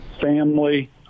family